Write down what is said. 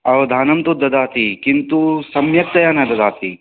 अवधानं तु ददाति किन्तु सम्यक्तया न ददाति